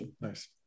Nice